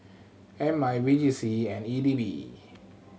M I V J C and E D B